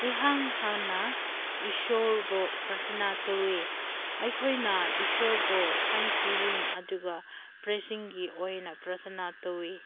ꯏꯍꯥꯟ ꯍꯥꯟꯅ ꯏꯁꯣꯔꯕꯨ ꯄ꯭ꯔꯊꯅꯥ ꯇꯧꯋꯤ ꯑꯩꯈꯣꯏꯅ ꯏꯁꯣꯔꯕꯨ ꯊꯦꯡꯁꯒꯤꯚꯤꯡ ꯑꯗꯨꯒ ꯕ꯭ꯂꯦꯁꯤꯡꯒꯤ ꯑꯣꯏꯅ ꯄ꯭ꯔꯊꯅꯥ ꯇꯧꯋꯤ